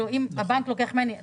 הבנק לוקח ממני לא,